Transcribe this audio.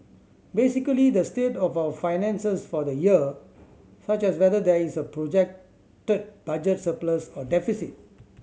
basically the state of our finances for the year such as whether there is a projected budget surplus or deficit